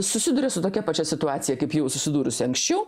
susiduria su tokia pačia situacija kaip jau susidūrusi anksčiau